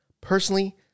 Personally